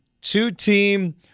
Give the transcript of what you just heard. two-team